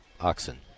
oxen